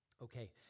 Okay